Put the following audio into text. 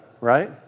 right